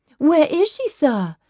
where is she, sir?